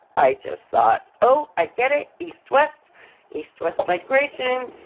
i just thought, oh, i get it east-west east-west migration.